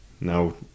now